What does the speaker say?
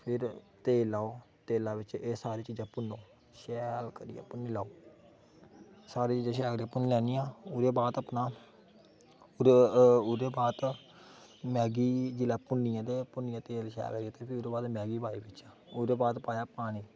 फिर तेल लैओ फिर तेल्ला बिच्च एह् सारी चीज़ां भुन्नो शैल करियै भुन्नी लैओ शैल करियै सारी चीजां भुन्नी लैनियां ओह्दे बाद अपना ओह्दे मैह्गी भुन्नियै ते शैल जिसलै मैह्गी पाई ओड़ी ओह्दे बाद पाया पानी